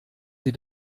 sie